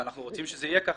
ואנחנו רוצים שזה יהיה ככה.